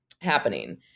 happening